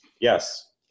yes